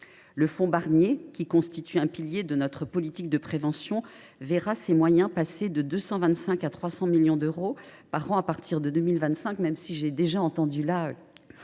Le fonds Barnier, qui constitue un pilier de notre politique de prévention, verra ses moyens passer de 225 millions à 300 millions d’euros par an à partir de 2025 – je tiens à